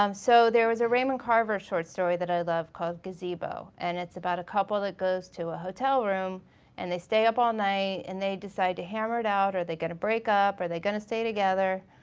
um so there was a raymond carver short story that i love called gazebo and it's about a couple that goes to a hotel room and they stay up all night and they decide to hammer it out, are they gonna break up, are they gonna stay together?